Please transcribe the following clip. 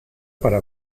para